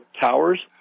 towers